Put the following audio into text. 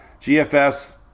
GFS